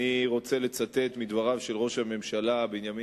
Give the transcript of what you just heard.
אני רוצה לצטט מדבריו של ראש הממשלה בנימין